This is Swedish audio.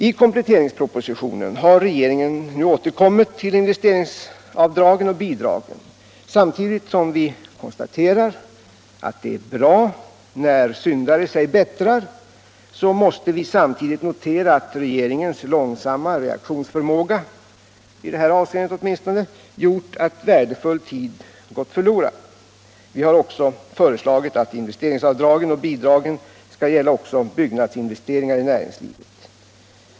I kompletteringspropositionen har regeringen återkommit till investeringsavdragen och bidragen. Samtidigt som vi konstaterar att det är bra när syndare sig bättrar, måste vi notera att regeringens långsamma reaktionsförmåga — åtminstone i det här avseendet — gjort att värdefull tid gått förlorad. Vi har föreslagit att investeringsavdragen och bidragen skall gälla också byggnadsinvesteringar i näringslivet.